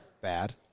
Bad